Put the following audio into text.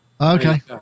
Okay